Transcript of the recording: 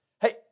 Hey